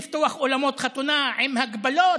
לפתוח אולמות חתונה עם הגבלות,